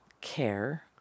Care